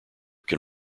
can